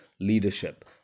leadership